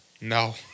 No